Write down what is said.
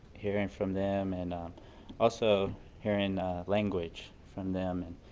hearing from them and also hearing language from them. and